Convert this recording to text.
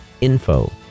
info